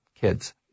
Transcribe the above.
kids